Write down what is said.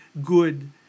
good